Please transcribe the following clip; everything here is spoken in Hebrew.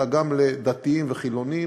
אלא גם לדתיים וחילונים,